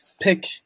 pick